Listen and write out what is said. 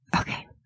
okay